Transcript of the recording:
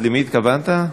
למי התכוונת?